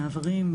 מעברים,